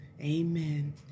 Amen